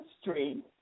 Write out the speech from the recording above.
street